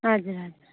हजुर हजुर